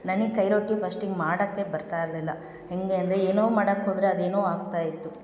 ನನಗ್ ಕೈ ರೊಟ್ಟಿ ಫಸ್ಟಿಗೆ ಮಾಡೋಕ್ಕೆ ಬರ್ತಾ ಇರಲಿಲ್ಲ ಹೇಗೆ ಅಂದರೆ ಏನೋ ಮಾಡಕ್ಕೆ ಹೋದರೆ ಅದೇನೋ ಆಗ್ತಾಯಿತ್ತು